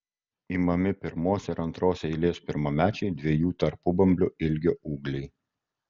imami pirmos ir antros eilės pirmamečiai dviejų tarpubamblių ilgio ūgliai